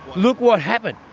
look what happened.